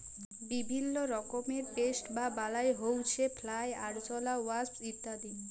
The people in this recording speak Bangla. বিভিল্য রকমের পেস্ট বা বালাই হউচ্ছে ফ্লাই, আরশলা, ওয়াস্প ইত্যাদি